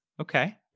Okay